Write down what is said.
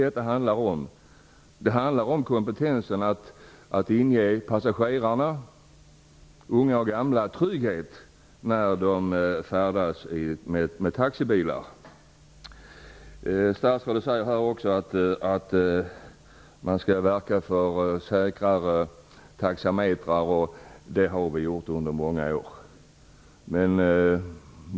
Det handlar om kompetensen att inge passagerarna, unga och gamla, trygghet när de färdas med taxibilar. Statsrådet säger att man skall verka för säkrare taxametrar. Det har vi gjort under många år.